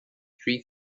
three